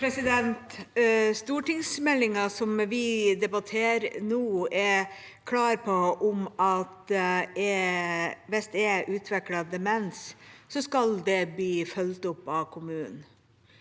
Stortingsmeldinga som vi debatterer nå, er klar på at hvis det er utviklet demens, skal det bli fulgt opp av kommunen.